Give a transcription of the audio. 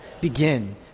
begin